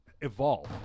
evolve